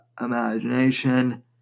imagination